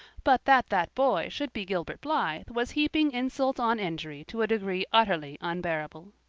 but that that boy should be gilbert blythe was heaping insult on injury to a degree utterly unbearable.